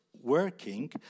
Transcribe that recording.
working